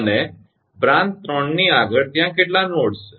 અને બ્રાંચ 3 ની આગળ ત્યાં કેટલા નોડ્સ છે